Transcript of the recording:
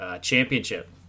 championship